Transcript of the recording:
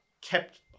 kept